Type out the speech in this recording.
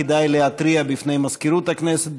כדאי להתריע בפני מזכירות הכנסת,